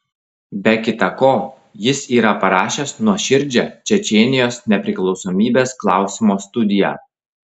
be kita ko jis yra parašęs nuoširdžią čečėnijos nepriklausomybės klausimo studiją